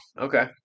Okay